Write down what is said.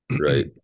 right